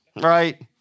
Right